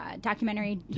documentary